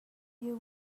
you